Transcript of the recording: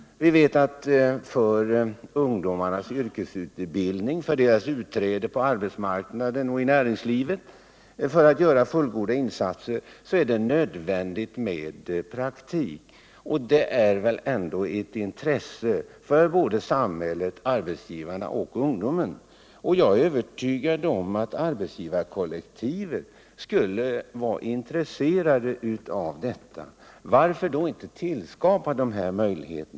Vi vet att det för ungdomarnas yrkesutbildning, för deras utträde på arbetsmarknaden och i näringslivet, för deras möjligheter att göra fullgoda insatser är nödvändigt med praktik. Att ge dem möjligheter till detta är väl ett intresse för både samhället, arbetsgivarna och ungdomen. Jag är övertygad om att arbetsgivarkollektivet skulle vara intresserat av detta. Varför då inte tillskapa dessa möjligheter?